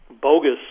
bogus